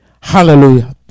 Hallelujah